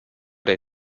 der